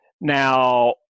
Now